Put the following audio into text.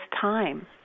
time